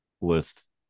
list